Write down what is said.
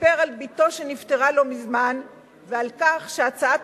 וסיפר על בתו שנפטרה לא מזמן ועל כך שהצעת